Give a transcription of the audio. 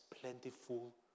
plentiful